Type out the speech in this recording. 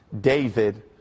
David